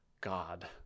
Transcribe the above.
God